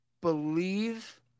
Believe